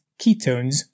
ketones